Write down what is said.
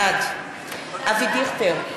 בעד אבי דיכטר,